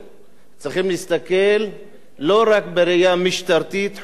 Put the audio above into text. צריכים להסתכל לא רק בראייה משטרתית-חוקתית